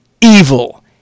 evil